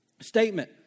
statement